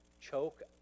choke